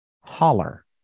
holler